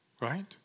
right